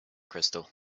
crystal